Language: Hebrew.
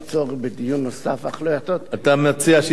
אתה מציע שיסתפקו בתשובתך.